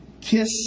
Kiss